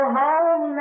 home